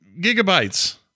gigabytes